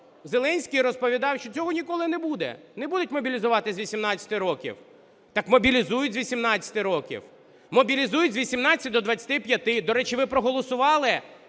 Зеленський розповідав, що цього ніколи не буде, не будуть мобілізувати з 18 років. Так мобілізують з 18 років. Мобілізують з 18 до 25. До речі, ви проголосували